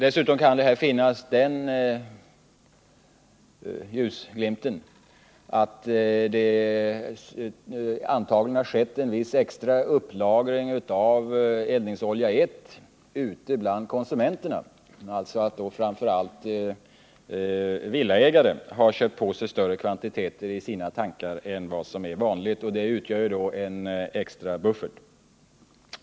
En ljusglimt i sammanhanget kan vara att det antagligen har skett en viss extra upplagring av eldningsolja 1 ute bland konsumenterna så till vida att framför allt villaägare kan ha köpt på sig större kvantiteter i sina tankar än vad som är vanligt, och det utgör ju en extra buffert.